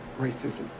racism